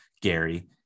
Gary